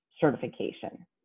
certification